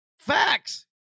Facts